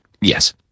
Yes